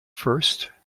first